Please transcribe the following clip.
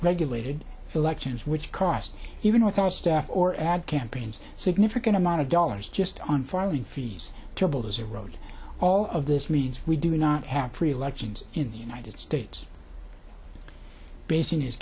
regulated elections which cost even without staff or ad campaigns significant amount of dollars just on filing fees to build as a road all of this means we do not have free elections in the united states basi